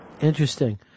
Interesting